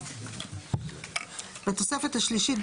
(2) בתוספת השלישית,